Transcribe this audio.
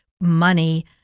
money